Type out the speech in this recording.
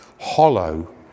hollow